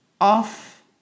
off